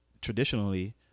Traditionally